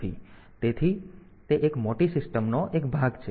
તેથી તે એક મોટી સિસ્ટમનો એક ભાગ છે